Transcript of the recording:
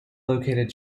located